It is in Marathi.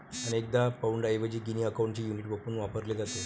अनेकदा पाउंडऐवजी गिनी अकाउंटचे युनिट म्हणून वापरले जाते